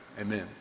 Amen